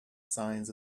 signs